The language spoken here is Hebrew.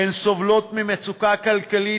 הן סובלות ממצוקה כלכלית,